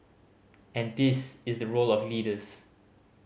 and this is the role of leaders